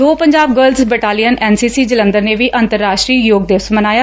ਦੋ Punjab girls battalion NCC Jalandhar ਨੇ ਵੀ ਅੰਤਰਰਾਸ਼ਟਰੀ ਯੋਗ ਦਿਵਸ ਮਨਾਇਆ